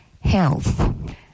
health